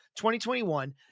2021